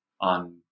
on